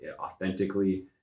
authentically